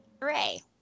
Hooray